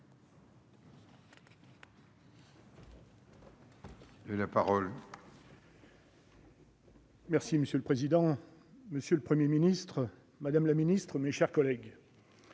Monsieur le président, monsieur le Premier ministre, madame la ministre, mes chers collègues,